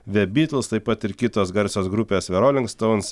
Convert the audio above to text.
the beatles taip pat ir kitos garsios grupės the rolling stones